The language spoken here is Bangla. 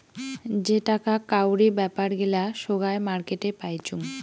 যেটাকা কাউরি বেপার গিলা সোগায় মার্কেটে পাইচুঙ